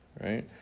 Right